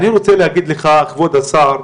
אני רוצה להגיד לך, כבוד השר,